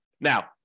Now